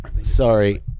Sorry